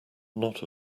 not